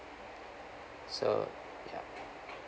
so ya